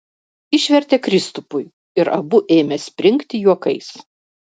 išvertė kristupui ir abu ėmė springti juokais